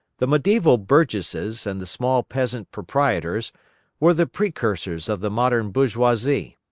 the mediaeval burgesses and the small peasant proprietors were the precursors of the modern bourgeoisie.